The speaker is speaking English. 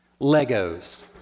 Legos